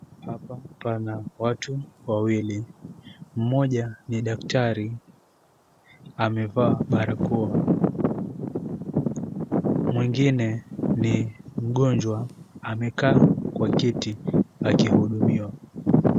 Hapa pana watu wawili. Mmoja ni daktari amevaa barakoa. Mwengine ni mgonjwa amekaa kwa kiti akihudumiwa.